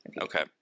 Okay